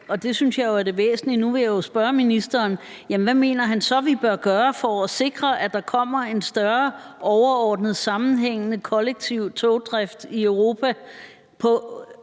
er det væsentlige, og nu vil jeg jo spørge ministeren, hvad han så mener vi bør gøre for at sikre, at der kommer en større overordnet sammenhængende kollektiv togdrift i Europa,